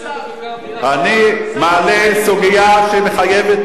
אני מעלה סוגיה שמחייבת פתרון,